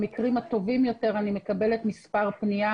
במקרים הטובים יותר אני מקבלת מספר פנייה